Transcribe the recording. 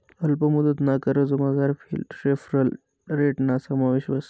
अल्प मुदतना कर्जमझार रेफरल रेटना समावेश व्हस